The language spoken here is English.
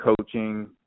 coaching